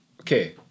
Okay